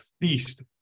feast